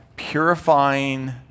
purifying